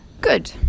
Good